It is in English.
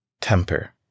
Temper